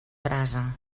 brasa